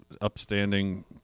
upstanding